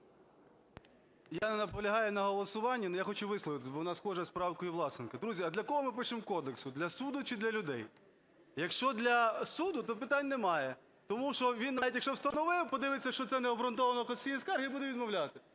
Я наполягаю на голосуванні. Але я хочу висловитись, бо вона схожа з правкою Власенка. Друзі, а для кого ми пишемо кодекс: для суду чи для людей? Якщо для суду, то питань немає. Тому що він навіть, якщо встановив, подивиться, що це необґрунтовано в касаційній скарзі, і буде відмовляти.